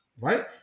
right